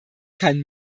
kein